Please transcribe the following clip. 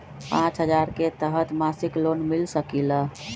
पाँच हजार के तहत मासिक लोन मिल सकील?